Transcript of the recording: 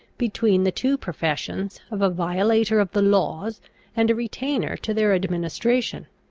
between the two professions of a violator of the laws and a retainer to their administration.